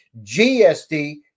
GSD